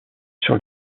sur